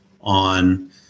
on